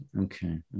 Okay